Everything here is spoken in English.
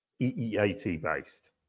EEAT-based